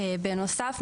בנוסף,